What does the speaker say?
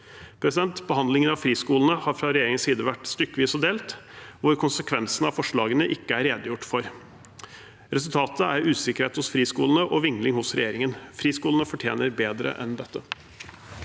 Behandlingen av friskolene har fra regjeringens side vært stykkevis og delt, hvor konsekvensene av forslagene ikke er redegjort for. Resultatet er usikkerhet i friskolene og vingling i regjeringen. Friskolene fortjener bedre enn dette.